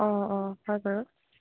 অঁ অঁ হয় বাৰু